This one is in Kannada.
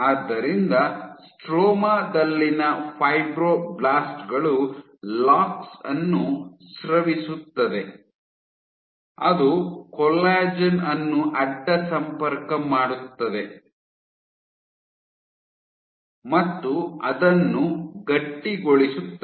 ಆದ್ದರಿಂದ ಸ್ಟ್ರೋಮಾ ದಲ್ಲಿನ ಫೈಬ್ರೊಬ್ಲಾಸ್ಟ್ ಗಳು ಲಾಕ್ಸ್ ಅನ್ನು ಸ್ರವಿಸುತ್ತದೆ ಅದು ಕೊಲ್ಲಾಜೆನ್ ಅನ್ನು ಅಡ್ಡ ಸಂಪರ್ಕ ಮಾಡುತ್ತದೆ ಮತ್ತು ಅದನ್ನು ಗಟ್ಟಿಗೊಳಿಸುತ್ತದೆ